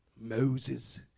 Moses